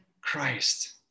christ